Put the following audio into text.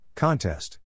Contest